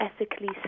ethically